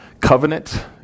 covenant